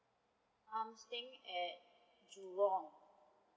I'm staying at jurong